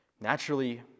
Naturally